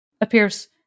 appears